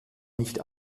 nicht